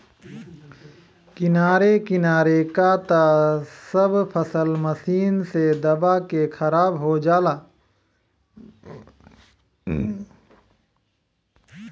किनारे किनारे क त सब फसल मशीन से दबा के खराब हो जाला